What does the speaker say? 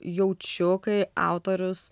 jaučiu kai autorius